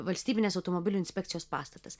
valstybinės automobilių inspekcijos pastatas